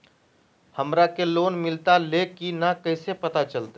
हमरा के लोन मिलता ले की न कैसे पता चलते?